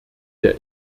der